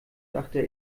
dachte